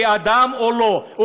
כאדם או לא.